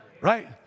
Right